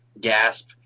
gasp